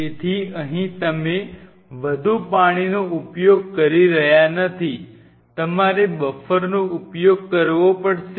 તેથી અહીં તમે વધુ પાણીનો ઉપયોગ કરી રહ્યા નથી તમારે બફરનો ઉપયોગ કરવો પડશે